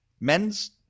men's